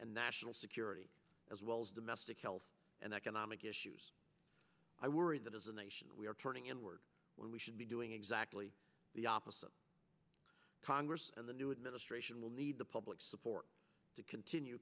and national security as well as domestic help and economic issues i worry that isn't a we are turning inward when we should be doing exactly the opposite congress and the new administration will need the public support to continue